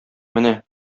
менә